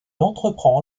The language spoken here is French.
entreprend